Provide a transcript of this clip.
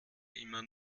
immer